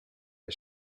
est